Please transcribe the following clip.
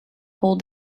street